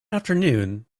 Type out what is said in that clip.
afternoon